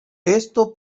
esto